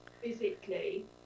physically